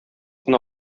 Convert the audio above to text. кына